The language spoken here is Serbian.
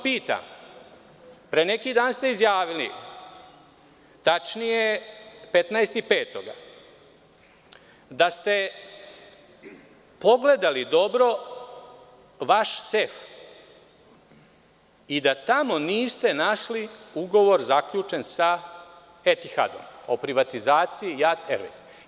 Pre neki dan ste izjavili, tačnije 15. maja, da ste pogledali dobro vaš sef i da tamo niste našli ugovor zaključen sa „Etihadom“ o privatizaciji JAT airways.